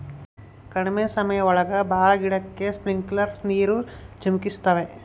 ಕಡ್ಮೆ ಸಮಯ ಒಳಗ ಭಾಳ ಗಿಡಕ್ಕೆ ಸ್ಪ್ರಿಂಕ್ಲರ್ ನೀರ್ ಚಿಮುಕಿಸ್ತವೆ